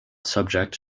subject